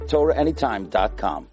TorahAnytime.com